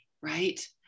right